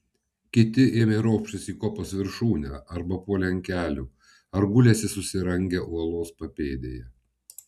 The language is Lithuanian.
kiti ėmė ropštis į kopos viršūnę arba puolė ant kelių ar gulėsi susirangę uolos papėdėje